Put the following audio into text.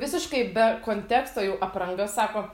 visiškai be konteksto jų apranga sako